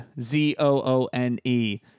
Z-O-O-N-E